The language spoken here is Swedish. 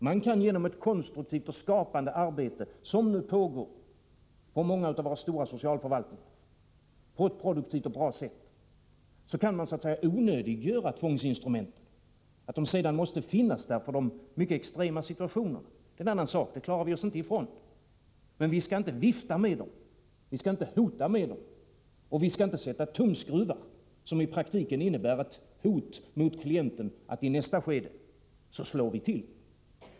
Man kan genom ett konstruktivt och skapande arbete som nu pågår på många av våra stora socialförvaltningar på ett produktivt och bra sätt onödiggöra tvångsinstrumenten. Att de sedan måste finnas för de mycket extrema situationerna är en annan sak. Sådant kommer vi inte ifrån. Men vi skall inte vifta och hota med dem, och vi skall inte sätta tumskruvar som i praktiken innebär ett hot mot klienten, att i nästa skede slår vi till.